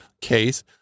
case